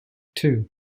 two